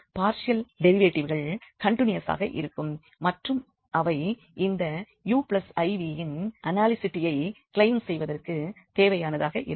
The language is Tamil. பார்ஷியல் டெரிவேட்டிவ்கள் கண்டிநியூசாக இருக்கும் மற்றும் அவை இந்த uiv யின் அனாலிசிட்டியை க்ளைம் செய்வதற்கு தேவையானதாக இருக்கும்